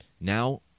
Now